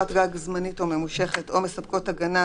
קורת גג זמנית או ממושכת או מספקות הגנה,